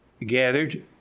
gathered